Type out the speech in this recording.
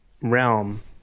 realm